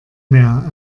mehr